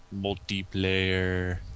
multiplayer